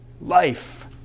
life